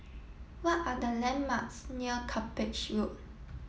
what are the landmarks near Cuppage Road